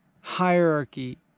hierarchy